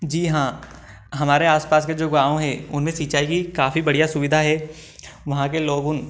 जी हाँ हमारे आसपास के जो गाँव हैं उनमें सिंचाई की काफी बढ़िया सुविधा है वहाँ के लोगों